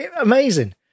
amazing